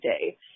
day